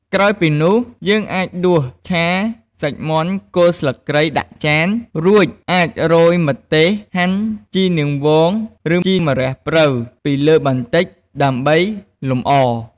ក្រោយពីនោះ យើងអាចដួសឆាសាច់មាន់គល់ស្លឹកគ្រៃដាក់ចាន រួចអាចរោយម្ទេសហាន់ ជីនាងវងឬជីម្រះព្រៅពីលើបន្តិច ដើម្បីលម្អ។